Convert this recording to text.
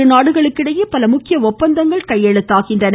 இருநாடுகளுக்கிடையே முக்கிய ஒப்பந்தங்கள் கையெழுத்தாகின்றன